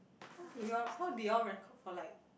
how do you all how did you all record for like